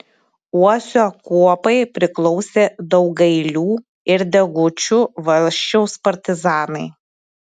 uosio kuopai priklausė daugailių ir degučių valsčiaus partizanai